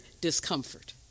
discomfort